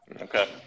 Okay